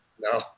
No